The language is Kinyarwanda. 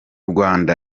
rwanda